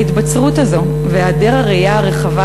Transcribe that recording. ההתבצרות הזאת והיעדר הראייה הרחבה